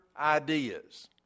ideas